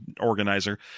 organizer